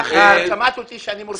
את שמעת אותי אומר אני מרוצה?